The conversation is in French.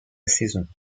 saison